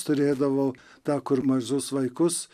turėdavau tą kur mažus vaikus